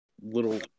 little